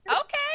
Okay